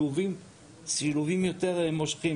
כמובן מערכת החינוך.